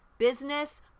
Business